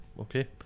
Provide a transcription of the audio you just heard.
Okay